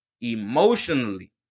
Emotionally